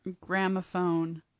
gramophone